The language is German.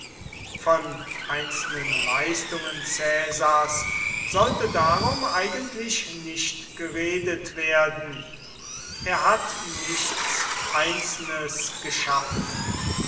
von einzelnen leistungen caesars sollte darum eigentlich nicht geredet werden er hat nichts einzelnes geschaffen